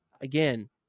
again